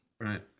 Right